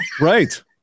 Right